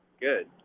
Good